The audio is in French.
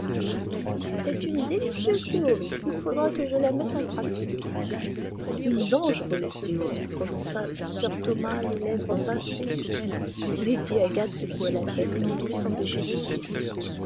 c'est une délicieuse théorie il faudra que je la mette en pratique une dangereuse théorie prononça sir thomas les lèvres pincées lady agathe secoua la tête mais ne put s'empêcher de sourire